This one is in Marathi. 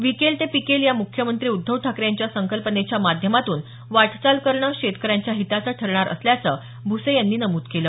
विकेल ते पिकेल या मुख्यमंत्री उद्धव ठाकरे यांच्या संकल्पनेच्या माध्यमातून वाटचाल करणं शेतकऱ्यांच्या हिताचं ठरणार असल्याचं भूसे यांनी नमूद केलं